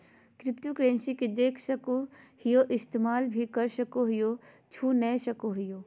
cryptocurrency के देख सको हीयै इस्तेमाल भी कर सको हीयै पर छू नय सको हीयै